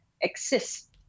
exist